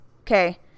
okay